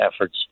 efforts